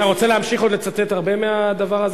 אתה רוצה להמשיך לצטט עוד הרבה מהדבר הזה?